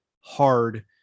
hard